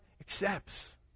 accepts